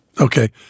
Okay